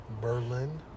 Berlin